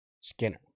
Skinner